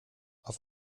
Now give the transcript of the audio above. auf